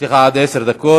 יש לך עד עשר דקות.